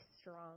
strong